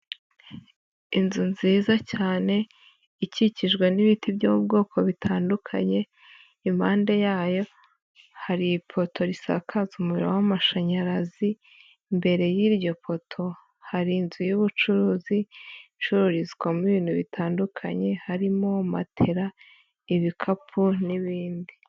Inzu nziza cyane ikikijwe n'ibiti by'ubwoko bitandukanye, impande yayo hari ipoto risakaza umuriro w'amashanyarazi. imbere y'iryo poto hari inzu y'ubucuruzi icururizwamo ibintu bitandukanye harimo matera, ibikapu n'ibindi.